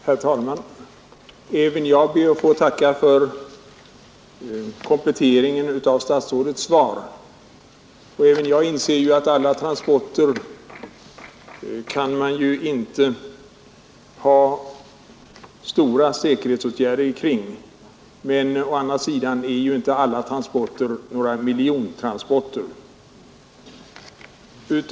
Herr talman! Även jag ber att få tacka för kompletteringen av statsrådets svar — också jag anser att man inte kan ha dessa betryggande säkerhetsåtgärder kring alla transporter, men å andra sidan är ju inte alla transporter miljontransporter.